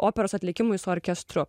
operos atlikimui su orkestru